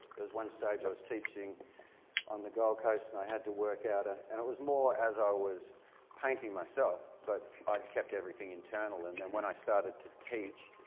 one stage i was teaching on the gold coast and i had to work out, ah and it was more as i was painting myself, but i'd kept everything internal. and and when i started to teach,